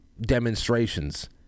demonstrations